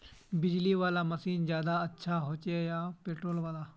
बिजली वाला मशीन ज्यादा अच्छा होचे या पेट्रोल वाला?